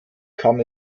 kam